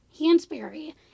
Hansberry